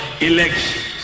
elections